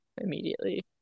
immediately